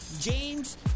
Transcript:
James